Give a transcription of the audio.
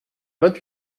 vingt